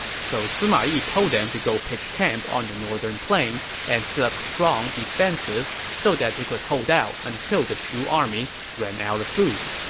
so sima yi told them to go pitch camp on the northern plain and set up strong defenses so that they could hold out until the shu army ran out of provisions.